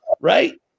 right